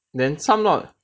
then some not